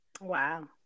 Wow